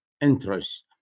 interest